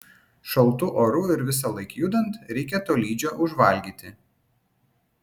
šaltu oru ir visąlaik judant reikia tolydžio užvalgyti